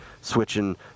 switching